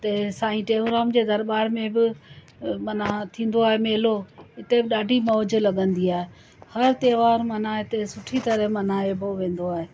हिते साईं टेवराम जे दरबार में बि माना थींदो आहे मेलो हिते बि ॾाढी मौज लॻंदी आहे हर त्योहार माना हिते सुठी तरह मल्हाइबो वेंदो आहे